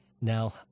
Now